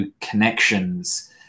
connections